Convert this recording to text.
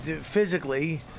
physically